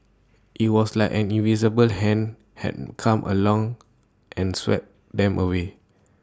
IT was like an invisible hand had come along and swept them away